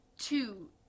Two